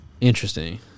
Interesting